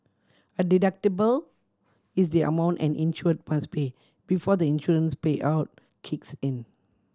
a deductible is the amount an insure must pay before the insurance payout kicks in